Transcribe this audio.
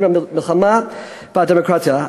מדברים על מלחמה בדמוקרטיה.